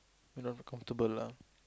enough comfortable lah